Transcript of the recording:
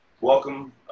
welcome